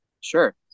Sure